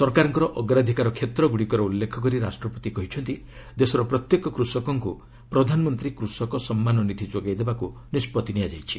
ସରକାରଙ୍କର ଅଗ୍ରାଧିକାର କ୍ଷେତ୍ରଗୁଡ଼ିକର ଉଲ୍ଲେଖ କରି ରାଷ୍ଟ୍ରପତି କହିଛନ୍ତି ଦେଶର ପ୍ରତ୍ୟେକ କୃଷକଙ୍କୁ ପ୍ରଧାନମନ୍ତ୍ରୀ କୃଷକ ସମ୍ମାନ ନୀଧି ଯୋଗାଇ ଦେବାକୁ ନିଷ୍ପତ୍ତି ନିଆଯାଇଛି